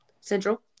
Central